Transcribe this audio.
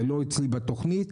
זה לא אצלי בתוכנית,